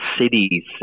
cities